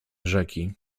rzeki